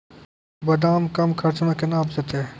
बादाम कम खर्च मे कैना उपजते?